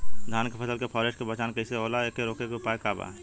धान के फसल के फारेस्ट के पहचान कइसे होला और एके रोके के उपाय का बा?